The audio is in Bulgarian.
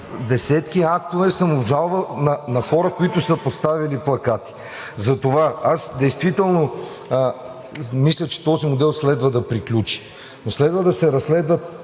десетки актове съм обжалвал на хора, които са поставили плакати. Затова действително мисля, че този модел следва да приключи. Но следва да се разследват